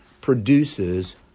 produces